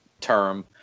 term